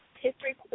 history